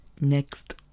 next